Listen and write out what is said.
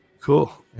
Cool